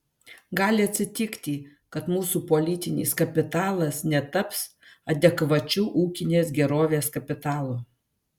gali atsitikti kad mūsų politinis kapitalas netaps adekvačiu ūkinės gerovės kapitalu